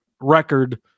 record